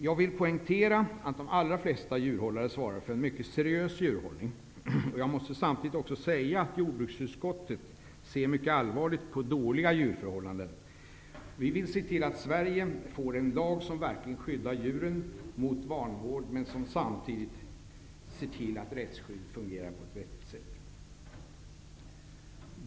Jag vill poängtera att de allra flesta djurhållare är mycket seriösa, och jag måste samtidigt få säga att jordbruksutskottet ser mycket allvarligt på dåliga förhållanden för djur. Vi vill se till att Sverige får en lag som verkligen skyddar djuren mot vanvård men som samtidigt ser till att rättsskyddet fungerar på ett vettigt sätt.